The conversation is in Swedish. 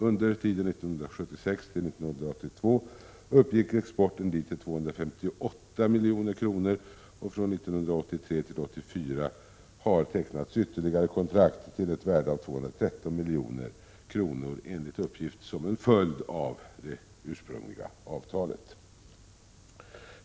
Under tiden 1976-1982 uppgick exporten dit till 258 milj.kr., och från 1983 till 1984 har det tecknats ytterligare kontrakt till ett värde av 213 milj.kr., enligt uppgift som en följd av det ursprungliga avtalet.